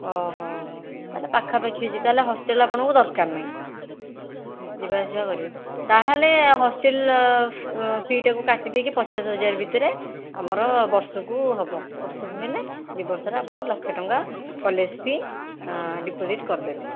ତା'ହେଲେ ପାଖାପାଖି ଅଛି ତା'ହେଲେ ହଷ୍ଟେଲ୍ ଆପଣଙ୍କୁ ଦରକାର ନାହିଁ ଯିବା ଆସିବା କରିବେ ତା'ହେଲେ ହଷ୍ଟେଲ୍ ଫିଟାକୁ କାଟିଦେଇକି ପଚାଶ ହଜାର ଭିତରେ ଆମର ବର୍ଷକୁ ହେବ ବର୍ଷକୁ ହେଲେ ଦୁଇ ବର୍ଷରେ ଆପଣ ଲକ୍ଷେ ଟଙ୍କା କଲେଜ୍ ଫି ଡିପୋଜିଟ୍ କରିଦେବେ